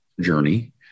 journey